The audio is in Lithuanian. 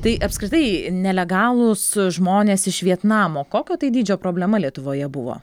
tai apskritai nelegalūs žmonės iš vietnamo kokio tai dydžio problema lietuvoje buvo